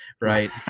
right